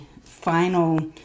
final